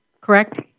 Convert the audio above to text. correct